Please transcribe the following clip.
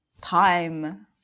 time